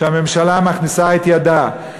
שהממשלה מכניסה את ידה.